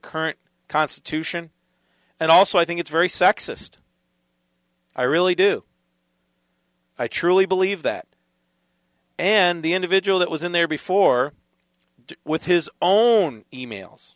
current constitution and also i think it's very sexist i really do i truly believe that and the individual that was in there before with his own e mails